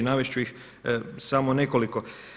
Navest ću ih samo nekoliko.